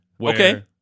Okay